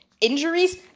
injuries